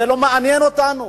זה לא מעניין אותנו,